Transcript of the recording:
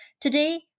Today